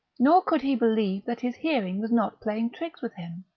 nor could he believe that his hearing was not playing tricks with him,